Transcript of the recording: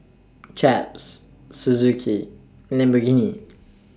Chaps Suzuki Lamborghini